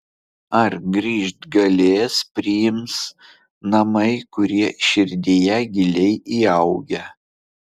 ar grįžt galės priims namai kurie širdyje giliai įaugę